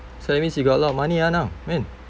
so that means you got a lot of money ah now man